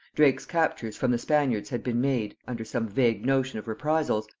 drake's captures from the spaniards had been made, under some vague notion of reprisals,